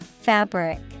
Fabric